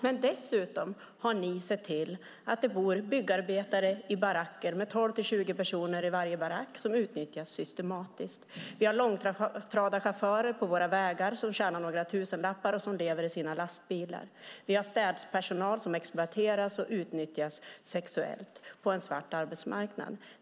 Men dessutom har ni sett till att det i baracker bor byggarbetare som utnyttjas systematiskt, med 12-20 personer i varje barack. Vi har långtradarchaufförer på våra vägar som tjänar några tusenlappar och som lever i sina lastbilar. Vi har städpersonal som exploateras och utnyttjas sexuellt på en svart arbetsmarknad.